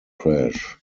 crash